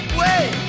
wait